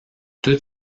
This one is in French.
toute